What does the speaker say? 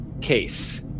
case